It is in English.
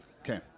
Okay